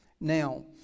Now